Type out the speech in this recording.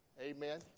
Amen